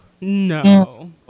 No